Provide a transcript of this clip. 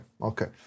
Okay